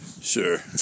Sure